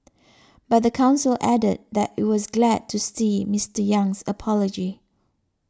but the council added that it was glad to see Mister Yang's apology